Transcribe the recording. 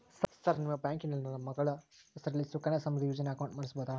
Sir ನಿಮ್ಮ ಬ್ಯಾಂಕಿನಲ್ಲಿ ನಾನು ನನ್ನ ಮಗಳ ಹೆಸರಲ್ಲಿ ಸುಕನ್ಯಾ ಸಮೃದ್ಧಿ ಯೋಜನೆ ಅಕೌಂಟ್ ಮಾಡಿಸಬಹುದಾ?